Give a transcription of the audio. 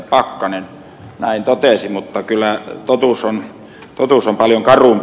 pakkanen näin totesi mutta kyllä totuus on paljon karumpi